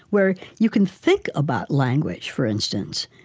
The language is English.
where you can think about language, for instance,